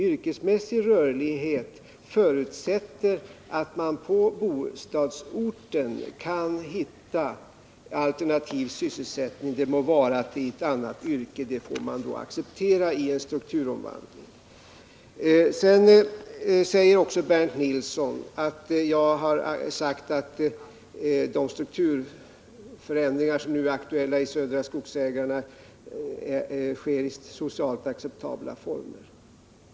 Yrkesmässig rörlighet förutsätter att man på bostadsorten kan hitta alternativ sysselsättning — det må vara i ett annat yrke, det får man acceptera i en strukturomvandling. Vidare hävdar Bernt Nilsson att jag har sagt att de strukturförändringar som nu är aktuella inom Södra Skogsägarna sker i socialt acceptabla former.